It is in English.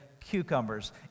cucumbers